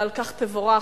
ועל כך תבורך.